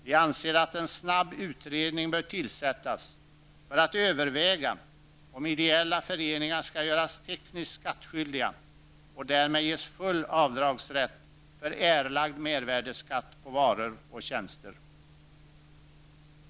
Vi anser att en snabb utredning bör tillsättas för att överväga om ideella föreningar skall göras tekniskt skattskyldiga och därmed ges full avdragsrätt för erlagd mervärdeskatt på varor och tjänster.